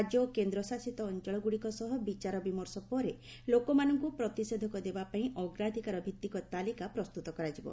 ରାଜ୍ୟ ଓ କେନ୍ଦ୍ରଶାସିତ ଅଞ୍ଚଳଗୁଡ଼ିକ ସହ ବିଚାର ବିମର୍ଷ ପରେ ଲୋକମାନଙ୍କୁ ପ୍ରତିଷେଧକ ଦେବା ପାଇଁ ଅଗ୍ରାଧିକାର ଭିତ୍ତିକ ତାଲିକା ପ୍ରସ୍ତୁତ କରାଯିବ